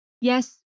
yes